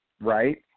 right